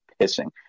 pissing